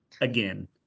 again